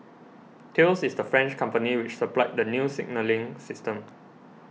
Thales is the French company which supplied the new signalling system